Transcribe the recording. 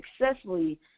successfully